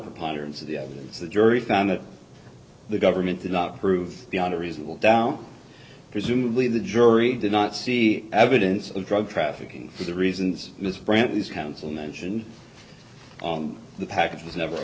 preponderance of the evidence the jury found that the government did not prove beyond a reasonable down presumably the jury did not see evidence of drug trafficking for the reasons ms brantley's counsel mentioned on the package was never